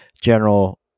general